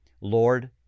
Lord